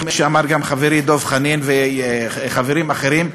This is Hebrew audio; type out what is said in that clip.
איך שאמרו גם חברי דב חנין וחברים אחרים,